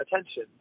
attention